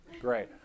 Great